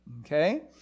Okay